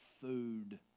food